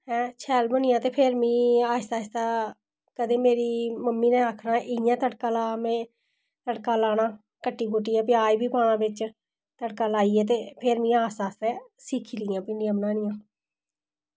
ते शैल बनी आं ते फिर में आस्तै आस्तै कदें मेरी मम्मी नै आक्खना इ'यां तड़का लाना में कटियै प्याज बी पाना बिच तड़का लाइयै फिर में आस्तै आस्तै सिक्खी लेइयां भिंडियां बनानियां